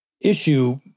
issue